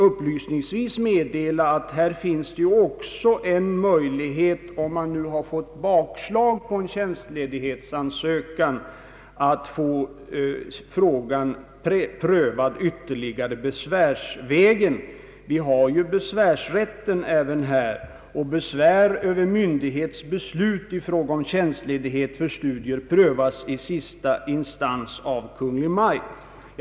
Upplysningsvis vill jag dessutom med dela att den som fått avslag på en tjänst ledighetsansökan har möjlighet att få frågan prövad besvärsvägen. Vi har ju besvärsrätt även i dessa fall, och besvär över myndighets beslut i fråga om tjänstledighet för studier prövas i sista instans av Kungl. Maj:t.